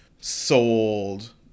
sold